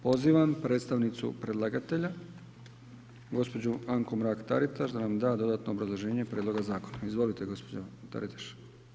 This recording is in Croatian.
Pozivam predstavnicu predlagatelja, gospođu Anku Mrak Taritaš da nam da dodatno obrazloženje prijedloga zakona, izvolite gospođo Taritaš.